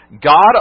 God